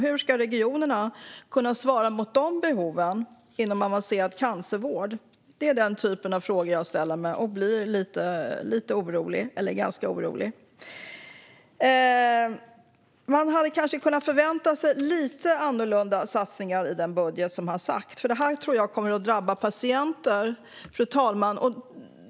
Hur ska regionerna kunna möta behoven inom avancerad cancervård? Det är denna typ av frågor som jag ställer mig och som gör mig ganska orolig. Man hade kanske kunnat förvänta sig lite annorlunda satsningar i budgeten. Jag tror att patienter kommer att drabbas.